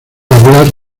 hablar